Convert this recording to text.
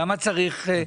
למה צריך,